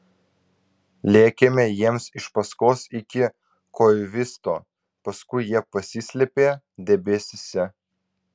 lėkėme jiems iš paskos iki koivisto paskui jie pasislėpė debesyse